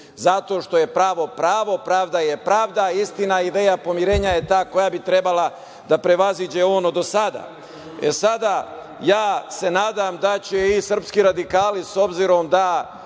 Zato što je pravo pravo, pravda je pravda, istina ideja pomirenja je ta koja bi trebala da prevaziđe ono do sada. Sada, ja se nadam da će i srpski radikali, s obzirom da